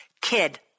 kid